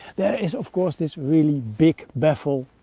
there is of course this really big baffle,